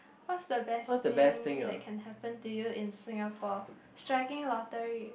what's the best thing that can happen to you in Singapore striking lottery